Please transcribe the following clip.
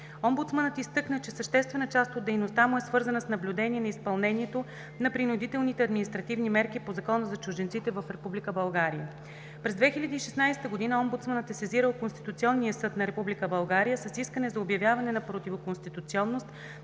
Омбудсманът изтъкна, че съществена част от дейността му е свързана с наблюдение на изпълнението на принудителните административни мерки по Закона за чужденците в Република България. През 2016 г. Омбудсманът е сезирал Конституционния съд на Република България с искане за обявяване на противоконституционност